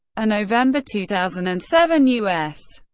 a november two thousand and seven u s.